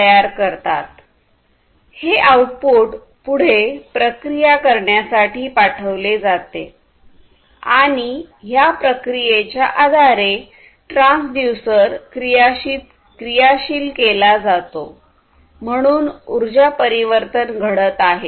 तयार करतात हे आउटपुट पुढे प्रक्रिया करण्यासाठी पाठवले जाते आणि ह्या प्रक्रियेच्या आधारे ट्रान्सड्यूसर क्रियाशील केला जातो म्हणून उर्जा परिवर्तन घडत आहे